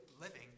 living